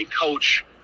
coach